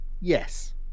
Yes